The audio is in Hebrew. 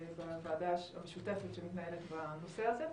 בוועדה המשותפת שמתנהלת בנושא הזה.